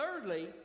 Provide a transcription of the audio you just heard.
thirdly